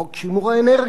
חוק שימור האנרגיה,